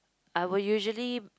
I will usually